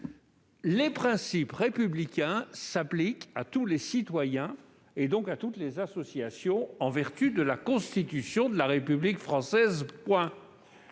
les principes républicains s'appliquent à tous les citoyens et, donc, à toutes les associations en vertu de la Constitution de la République française.